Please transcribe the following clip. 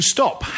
Stop